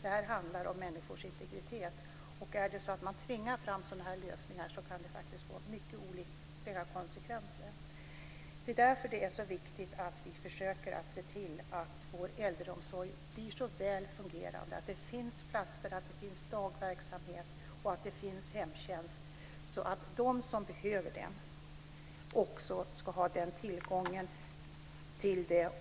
Det handlar om människors integritet. Om man tvingar fram sådana här lösningar kan det faktiskt få mycket olyckliga konsekvenser. Det är därför mycket viktigt att vi försöker se till att vår äldreomsorg blir så väl fungerande som möjligt. Vi måste se till att det finns platser, dagverksamhet och hemtjänst och att de som behöver det också ska ha tillgång till det.